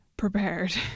Prepared